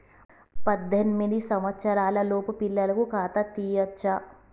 పద్దెనిమిది సంవత్సరాలలోపు పిల్లలకు ఖాతా తీయచ్చా?